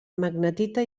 magnetita